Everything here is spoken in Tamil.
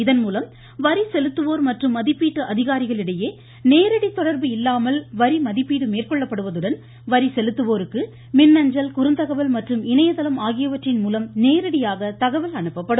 இதன்மூலம் வரி செலுத்துவோர் மற்றும் மதிப்பீட்டு அதிகாரிகளிடையே நேரடி தொடர்பு இல்லாமல் வரி செலுத்துவோருக்கு மின்னஞ்சல் குறுந்தகவல் மற்றும் இணையதளம் ஆகியவற்றின் மூலம் நேரடியாக தகவல் அனுப்பப்படும்